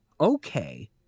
Okay